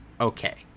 okay